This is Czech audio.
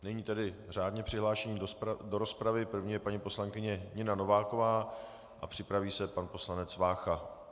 Nyní řádně přihlášení do rozpravy, první je paní poslankyně Nina Nováková a připraví se pan poslanec Vácha.